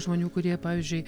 žmonių kurie pavyzdžiui